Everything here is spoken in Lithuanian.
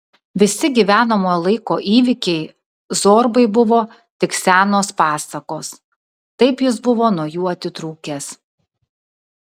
visi gyvenamojo laiko įvykiai zorbai buvo tik senos pasakos taip jis buvo nuo jų atitrūkęs